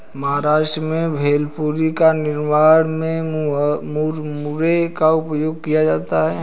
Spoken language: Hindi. महाराष्ट्र में भेलपुरी के निर्माण में मुरमुरे का उपयोग किया जाता है